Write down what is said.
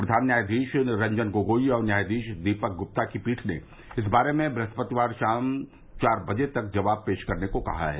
प्रधान न्यायाधीश रंजन गोगोई और न्यायाधीश दीपक गुप्ता की पीठ ने इस बारे में दृहस्पतिवार शाम चार बजे तक जवाब पेश करने को कहा है